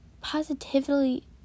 positively